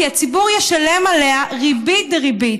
כי הציבור ישלם עליה ריבית דריבית.